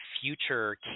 future